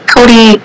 Cody